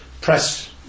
press